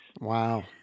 Wow